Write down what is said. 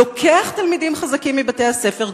לוקח תלמידים חזקים מבתי-הספר,